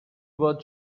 worth